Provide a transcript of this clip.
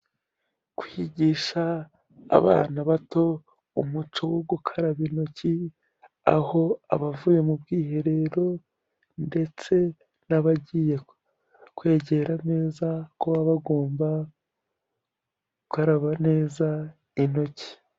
Kwigisha abana bato umuco wo gukaraba intoki, aho abavuye mu bwiherero ndetse n'abagiye kwegera ameza ko baba bagomba gukaraba neza intoki.